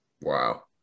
Wow